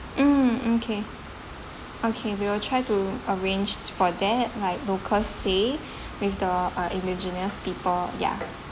mm mm okay okay we will try t to arrange for that like local stay with the ah indigenous people yeah